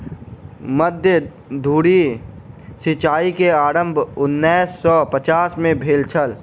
मध्य धुरी सिचाई के आरम्भ उन्नैस सौ पचास में भेल छल